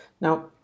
now